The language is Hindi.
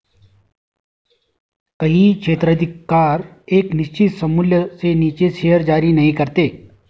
कई क्षेत्राधिकार एक निश्चित सममूल्य से नीचे शेयर जारी नहीं करते हैं